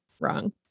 wrong